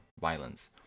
violence